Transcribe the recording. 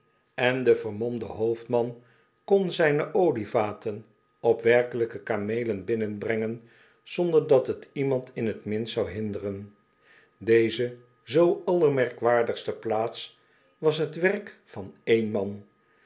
en de vermomde hoofdman kon zijne olievaten op werkelijke kameelen binnenbrengen zonder dat t iemand in t minst zou hinderen deze zoo allermerkwaardigste plaats was t werk van één man